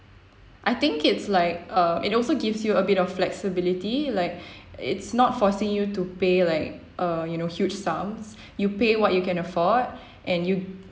I think it's like uh it's also gives you a bit of flexibility like it's not forcing you to pay like uh you know huge sums you pay what you can afford and you